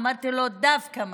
אמרתי לו: דווקא מתאים,